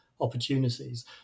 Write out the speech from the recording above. opportunities